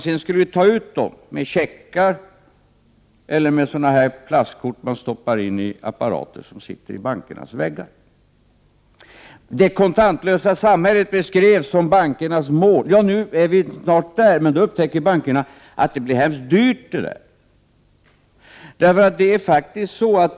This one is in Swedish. Sedan skulle vi ta ut pengarna med checkar eller med plastkort, som stoppas in i de apparater som sitter i bankernas väggar. Det kontantlösa samhället beskrevs som bankernas mål. Nu är vi snart där, men nu upptäcker bankerna att det där blev väldigt dyrt.